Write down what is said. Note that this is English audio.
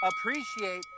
appreciate